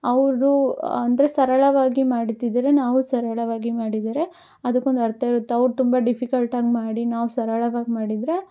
ಅವರು ಅಂದರೆ ಸರಳವಾಗಿ ಮಾಡ್ತಿದ್ದರೆ ನಾವು ಸರಳವಾಗಿ ಮಾಡಿದ್ದರೆ ಅದಕ್ಕೊಂದು ಅರ್ಥ ಇರುತ್ತೆ ಅವರು ತುಂಬ ಡಿಫಿಕಲ್ಟ್ ಆಗಿ ಮಾಡಿ ನಾವು ಸರಳವಾಗಿ ಮಾಡಿದರೆ